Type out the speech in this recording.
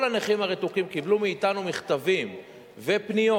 כל הנכים הרתוקים קיבלו מאתנו מכתבים ופניות,